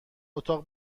اتاق